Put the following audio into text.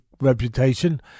reputation